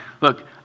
look